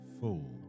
full